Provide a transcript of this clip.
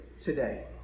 today